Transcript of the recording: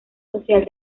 social